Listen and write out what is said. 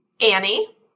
Annie